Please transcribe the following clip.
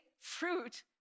fruit